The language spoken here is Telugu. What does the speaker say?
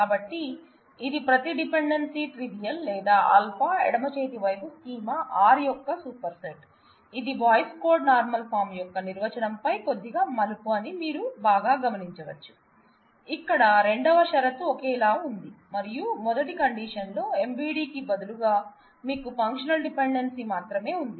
కాబట్టి ఇది ప్రతి డిపెండెన్సీ ట్రివియల్ లేదా α ఎడమ చేతి వైపు స్కీమా R యొక్క సూపర్సెట్ ఇది బోయ్స్ కాడ్ నార్మల్ ఫార్మ్ యొక్క నిర్వచనంపై కొద్దిగా మలుపు అని మీరు బాగా గమనించవచ్చు ఇక్కడ రెండవ షరతు ఒకేలా ఉంది మరియు మొదటి కండిషన్లో MVD కి బదులుగా మీకు ఫంక్షనల్ డిపెండెన్సీ మాత్రమే ఉంది